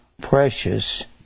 precious